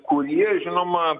kurie žinoma